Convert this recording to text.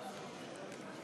בבקשה.